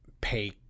pay